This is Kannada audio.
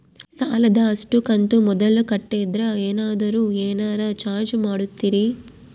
ಸಾಲದ ಅಷ್ಟು ಕಂತು ಮೊದಲ ಕಟ್ಟಿದ್ರ ಏನಾದರೂ ಏನರ ಚಾರ್ಜ್ ಮಾಡುತ್ತೇರಿ?